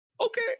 Okay